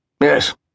Yes